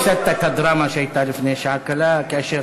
הפסדת כאן דרמה שהייתה לפני שעה קלה כאשר